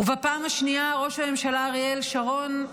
בפעם השנייה, ראש הממשלה אריאל שרון,